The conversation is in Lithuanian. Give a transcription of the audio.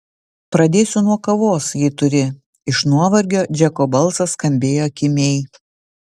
pradėsiu nuo kavos jei turi iš nuovargio džeko balsas skambėjo kimiai